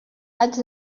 haig